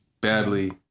badly